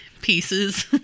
pieces